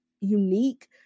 unique